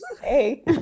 Hey